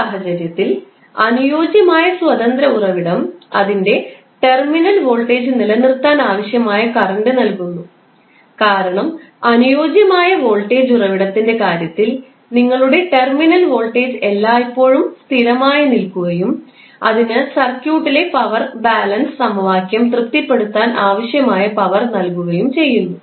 ഈ സാഹചര്യത്തിൽ അനുയോജ്യമായ സ്വതന്ത്ര ഉറവിടം അതിന്റെ ടെർമിനൽ വോൾട്ടേജ് നിലനിർത്താൻ ആവശ്യമായ കറൻറ് നൽകുന്നു കാരണം അനുയോജ്യമായ വോൾട്ടേജ് ഉറവിടത്തിന്റെ കാര്യത്തിൽ നിങ്ങളുടെ ടെർമിനൽ വോൾട്ടേജ് എല്ലായ്പ്പോഴും സ്ഥിരമായി നിലനിൽക്കുകയും അതിന് സർക്യൂട്ട് ലെ പവർ ബാലൻസ് സമവാക്യം തൃപ്തിപ്പെടുത്താൻ ആവശ്യമായ പവർ നൽകുകയും ചെയ്യുന്നു